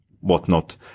whatnot